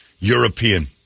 European